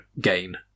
gain